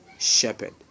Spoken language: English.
shepherd